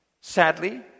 Sadly